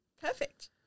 Perfect